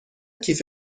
کیف